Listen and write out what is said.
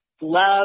love